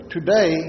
Today